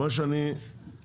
מה שאני אמרתי,